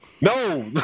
No